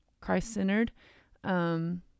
Christ-centered